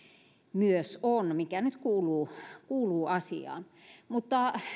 myös on mikä nyt kuuluu kuuluu asiaan mutta